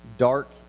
dark